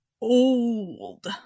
old